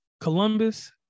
Columbus